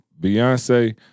Beyonce